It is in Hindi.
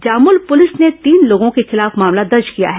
जामुल पुलिस ने तीन लोगों के खिलाफ मामला दर्ज किया है